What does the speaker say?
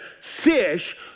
fish